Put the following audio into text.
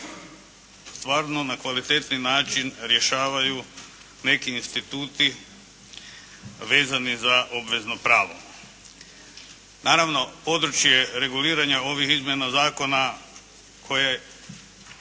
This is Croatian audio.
stvarno na kvalitetni način rješavaju neki instituti vezani za obvezno pravo. Naravno, područje reguliranja ovih izmjena zakona koje